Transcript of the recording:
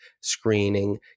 screening